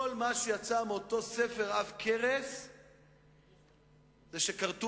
כל מה שיצא מאותו ספר עב-כרס זה שכרתו